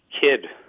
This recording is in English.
kid